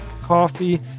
coffee